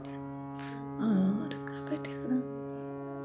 और का बैठे के रहा